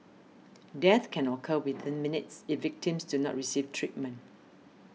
death can occur within minutes if victims do not receive treatment